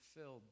filled